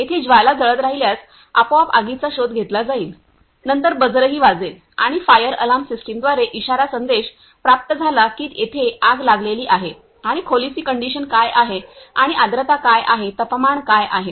येथे ज्वाला जळत राहिल्यास आपोआप आगीचा शोध घेतला जाईल नंतर बजरही वाजेल आणि फायर अलार्म सिस्टमद्वारे इशारा संदेश प्राप्त झाला की येथे आग लागलेली आहे आणि खोलीची कंडिशन काय आहे आणि आर्द्रता काय आहे तापमान काय आहे